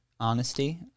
Honesty